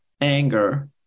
anger